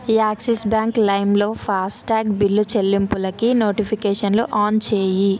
axis bank లైమ్లో FASTag bill చెల్లింపులకి నోటిఫికేషన్లు ఆన్ చేయి